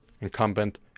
incumbent